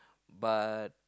but